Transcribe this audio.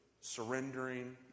surrendering